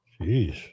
Jeez